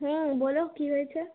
হুম বলো কী হয়েছে